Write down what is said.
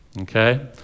Okay